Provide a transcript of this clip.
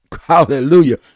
hallelujah